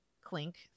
clink